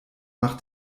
macht